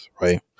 right